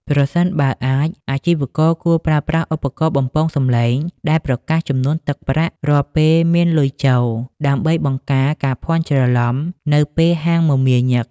ប្រសិនបើអាច អាជីវករគួរប្រើប្រាស់ឧបករណ៍បំពងសំឡេងដែលប្រកាសចំនួនទឹកប្រាក់រាល់ពេលមានលុយចូល ដើម្បីបង្ការការភ័ន្តច្រឡំនៅពេលហាងមមាញឹក។